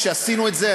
כשעשינו את זה,